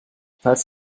falls